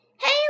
Hey